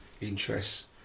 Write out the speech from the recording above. interests